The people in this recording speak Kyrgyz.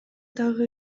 дагы